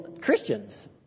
Christians